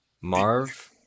Marv